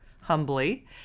humbly